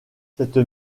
cette